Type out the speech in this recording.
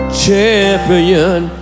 champion